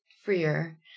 freer